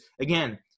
again